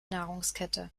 nahrungskette